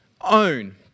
own